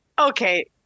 okay